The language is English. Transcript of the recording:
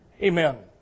Amen